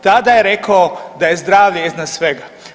Tada je rekao da je zdravlje iznad svega.